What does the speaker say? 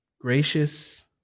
Gracious